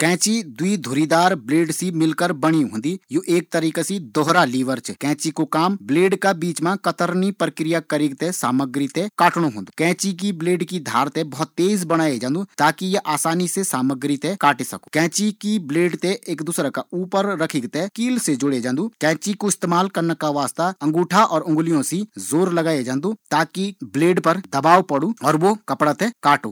कैंची द्वी धारी दार ब्लेड़ो सी तैयार होंदी जु एक दूसरा का विपरीत बल लगे क कपड़ा या कागज़ ते काटदा छन, ये मा द्वी ब्लेड़ो ते एक माध्यम पर कील का माध्यम सी जोड़ए जांदु और ये का हेंडिल से विपरीत बल उतपन्न करए जांदु